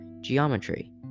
geometry